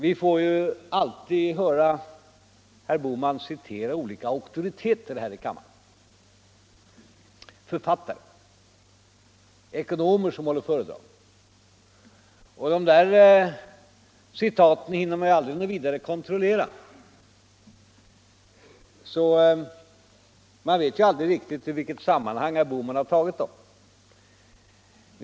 Vi får alltid höra herr Bohman citera olika auktoriteter här i kammaren; författare och ekonomer som håller föredrag. De här citaten hinner man aldrig kontrollera något vidare, så man vet aldrig riktigt i vilket sammanhang herr Bohman har tagit dem.